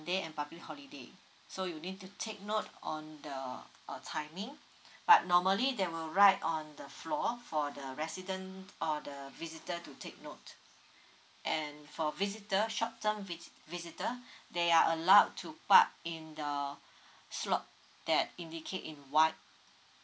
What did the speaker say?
and public holiday so you need to take note on the uh timing but normally that will right on the floor for the resident or the visitor to take note and for visitor short term visitor they are allowed to park in the slot that indicate in white